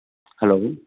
hello